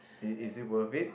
it is it worth it